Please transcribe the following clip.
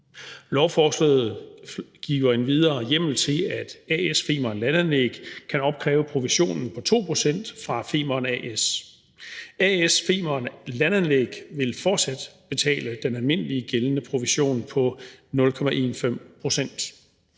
Lovforslaget giver endvidere hjemmel til, at A/S Femern Landanlæg kan opkræve provisionen på 2 pct. fra Femern A/S. A/S Femern Landanlæg vil fortsat betale den almindeligt gældende provision på 0,15